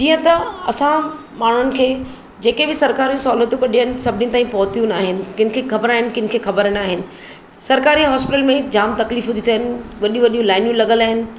जीअं त असां माण्हुनि खे जेके बि सरिकारी सहुलियतूं कढियुनि आहिनि सभिनि ताईं पहुतियूं नाहिनि किनखे ख़बरु आहिनि किनि खे ख़बरु नाहिनि सरिकारी हॉस्पिटल में जामु तकलीफ़ूं थी थियनि वॾियूं वॾियूं लाइनूं लॻलि आहिनि